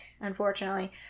unfortunately